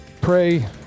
pray